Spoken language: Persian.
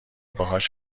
باهاش